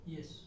Yes